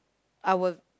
our